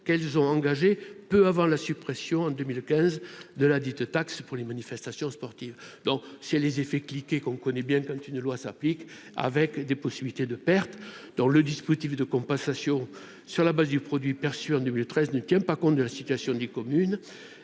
qu'elles ont engagées peut avoir la suppression en 2015 de la dite taxe pour les manifestations sportives, donc si les effets cliquez qu'on connaît bien, quand une loi s'applique avec des possibilités de pertes dans le dispositif de compensation sur la base du produit perçu en 2013 ne tient pas compte de la situation des communes